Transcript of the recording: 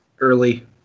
early